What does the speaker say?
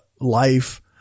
life